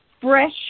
fresh